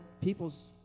people's